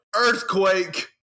earthquake